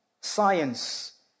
science